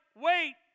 Wait